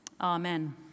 amen